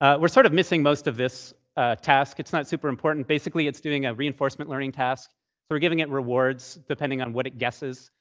ah we're sort of missing most of this ah task. it's not super important. basically, it's doing a reinforcement learning task. so we're giving it rewards depending on what it guesses.